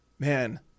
Man